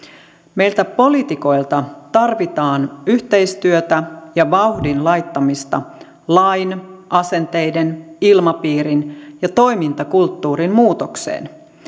meiltä poliitikoilta tarvitaan yhteistyötä ja vauhdin laittamista lain asenteiden ilmapiirin ja toimintakulttuurin muutokseen